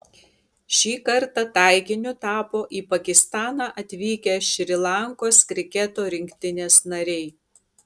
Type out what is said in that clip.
šį kartą taikiniu tapo į pakistaną atvykę šri lankos kriketo rinktinės nariai